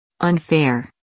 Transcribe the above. unfair